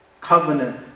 Covenant